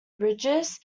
bridges